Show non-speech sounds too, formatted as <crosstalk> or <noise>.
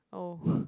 oh <breath>